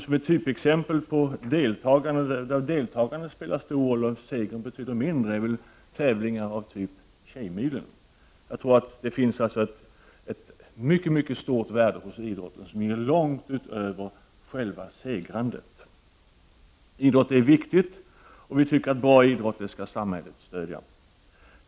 Som typexempel på evenemang där deltagandet spelar en stor roll och segern en mindre roll kan väl anföras tävlingar av typen Tjejmilen. Jag tror att man när man talar om att det finns ett mycket stort värde i idrotten menar något som sträcker sig långt utöver själva segrandet. Idrott är viktig, och samhället skall stödja bra idrott.